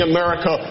America